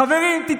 חברים, תתרגלו,